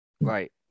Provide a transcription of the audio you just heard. Right